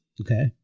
Okay